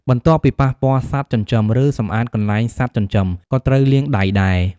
បន្ទាប់ពី ប៉ះពាល់សត្វចិញ្ចឹម ឬសំអាតកន្លែងសត្វចិញ្ចឹម ក៏ត្រូវលាងដៃដែរ។